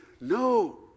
No